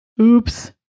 Oops